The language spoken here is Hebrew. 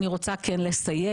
אני רוצה לסייג,